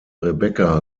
rebecca